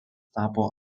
tapo